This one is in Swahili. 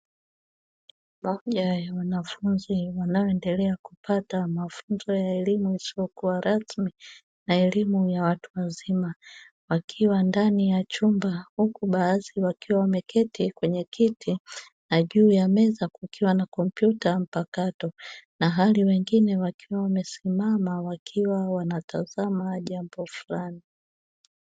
Moja ya wanafunzi wanaoendelea kupata mafunzo ya elimu yasiyokuwa rasmi na elimu ya watu wazima, wakiwa ndani ya chumba huku baadhi wakiwa wameketi kwenye kiti, na juu ya meza kukiwa na kompyuta mpakato na hali wengine wakiwa wamesimama wakiwa wanatazama jambo fulani.